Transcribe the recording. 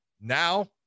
Now